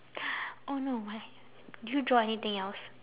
oh no my did you draw anything else